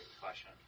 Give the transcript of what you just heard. question